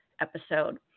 episode